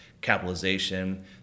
capitalization